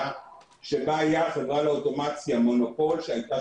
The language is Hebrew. שבה היה לחברה לאוטומציה מונופול שהיתה,